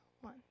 One